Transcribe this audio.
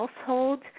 household